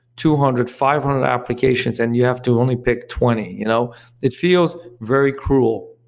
two hundred, five hundred applications and you have to only pick twenty. you know it feels very cruel.